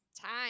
time